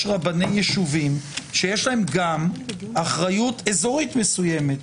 רבני יישובים שיש להם גם אחריות אזורית מסוימת.